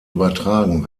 übertragen